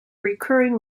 recurring